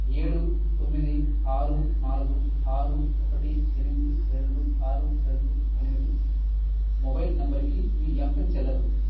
ఏడు తొమ్మిది ఆరు నాలుగు ఆరు ఒకటి ఎనిమిది రెండు ఆరు రెండు ఎనిమిది మొబైల్ నంబరుకి మీ ఎంపిన్ చెల్లదు